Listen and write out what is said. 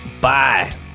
bye